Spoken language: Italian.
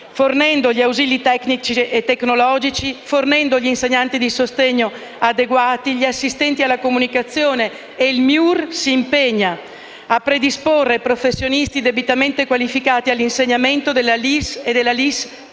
fornendo gli ausili tecnici e tecnologici, fornendo gli insegnanti di sostegno adeguati, gli assistenti alla comunicazione. Il MIUR si impegna a predisporre professionisti debitamente qualificati all'insegnamento della LIS e della LIS